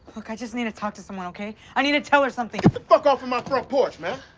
look i just need to talk to someone, ok? i need to tell her something. get the fuck off of my front porch, man.